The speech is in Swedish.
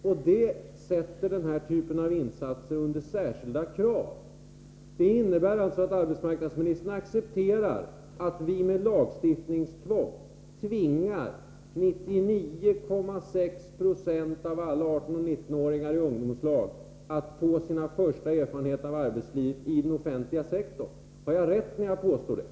Detta ställer särskilda krav på den här typen av insatser. Det innebär att arbetsmarknadsministern accepterar att vi med hjälp av lagstiftning tvingar 99,6 90 av alla 18 och 19-åringar i ungdomslag att få sina första erfarenheter av arbetsliv i den offentliga sektorn. Har jag rätt när jag påstår detta?